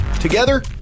Together